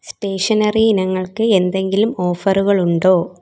stationery ഇനങ്ങൾക്ക് എന്തെങ്കിലും ഓഫറുകളുണ്ടോ